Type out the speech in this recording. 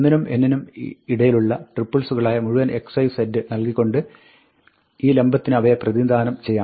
1 നും n നും ഇടയിലുള്ള ട്രിപ്പിൾസുകളായ മുഴുവൻ x y z നൽകിക്കൊണ്ട് ഈ ലംബത്തിന് അവയെ പ്രതിനിധാനം ചെയ്യാം